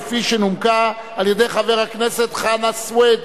כפי שנומקה על-ידי חבר הכנסת חנא סוייד.